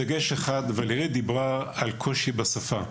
ולרי דיברה על קשיי שפה.